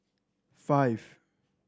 five